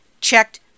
checked